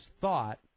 thought